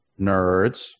nerds